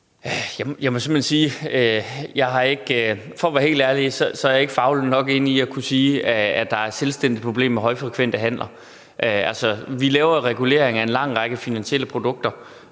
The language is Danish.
at være helt ærlig er jeg ikke fagligt nok inde i det til at kunne sige, at der er et selvstændigt problem med højfrekvente handler. Altså, vi laver reguleringer af en lang række finansielle produkter,